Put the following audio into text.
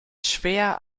schwer